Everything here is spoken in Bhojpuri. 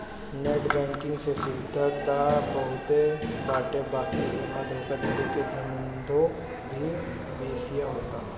नेट बैंकिंग से सुविधा त बहुते बाटे बाकी एमे धोखाधड़ी के धंधो भी बेसिये होता